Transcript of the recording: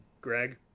greg